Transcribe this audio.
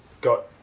Got